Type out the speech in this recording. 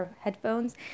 headphones